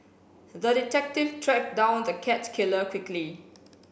the detective tracked down the cat killer quickly